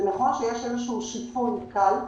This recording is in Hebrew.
זה נכון שיש איזשהו שיפוי קל,